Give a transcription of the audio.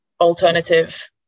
alternative